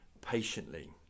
patiently